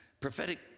prophetic